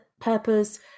purpose